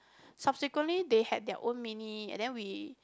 subsequently they had their own mini and then we